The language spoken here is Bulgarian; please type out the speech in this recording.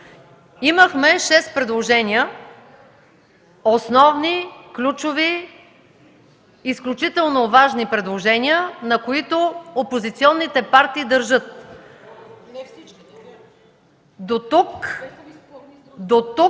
Имахме шест предложения – основни, ключови, изключително важни предложения, на които опозиционните партии държат. ДОКЛАДЧИК